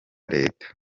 leta